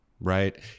right